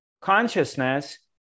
consciousness